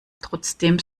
trotzdem